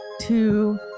two